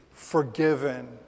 Forgiven